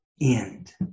end